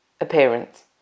appearance